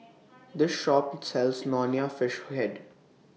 This Shop sells Nonya Fish Head